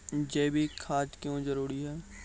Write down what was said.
जैविक खाद क्यो जरूरी हैं?